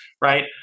right